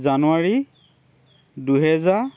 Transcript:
জানুৱাৰী দুহেজাৰ